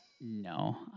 No